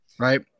Right